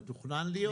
מתוכנן להיות?